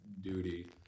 Duty